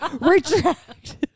retract